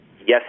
yes